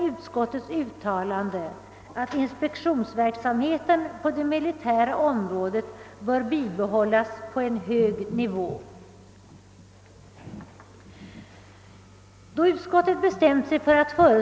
Utskottet delar helt utredningens mening i denna fråga, som utredningen ingående har sysslat med. Herr talman!